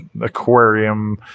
aquarium